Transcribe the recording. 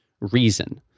reason